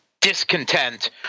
discontent